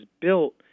built